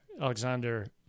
Alexander